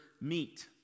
meet